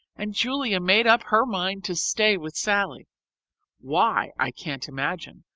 and julia made up her mind to stay with sallie why, i can't imagine,